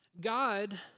God